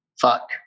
Fuck